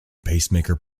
pacemaker